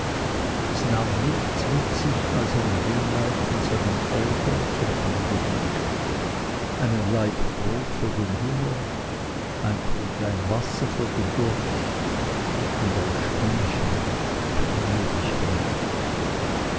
es nahm nichts mit sich als ein ringlein von seinen eltern zum andenken einen laib brot für den hunger ein krüglein wasser für den durst und ein stühlchen für die müdigkeit